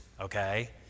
okay